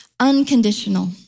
unconditional